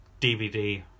DVD